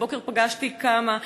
הבוקר פגשתי כמה,